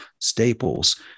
staples